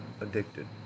addicted